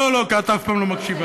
אני לא מפריעה